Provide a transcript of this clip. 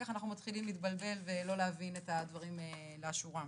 כך אנחנו מתחילים להתבלבל ולא להבין את הדברים לאשורם.